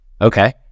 Okay